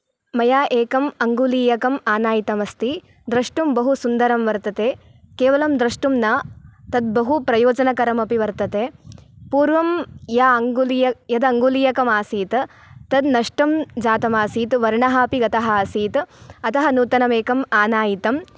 मया एकं अङ्गुलीयकम् आनायितम् अस्ति द्रष्टुं बहु सुन्दरं वर्तते केवलं द्रष्टुं न तद्बहु प्रयोजनकरमपि वर्तते पूर्वं या अङ्गुलीय यद् अंगुलीयकम् असीत् तत् नष्टं जातम् आसीत् वर्णः अपि गतः आसीत् अतः नूतनमेकम् आनायितम्